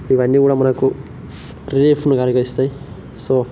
ఇవన్నీ కూడా మనకు రిలీఫ్ను కలిగిస్తాయి సో